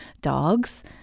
dogs